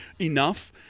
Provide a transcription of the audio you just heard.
enough